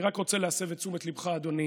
אני רק רוצה להסב את תשומת ליבך, אדוני,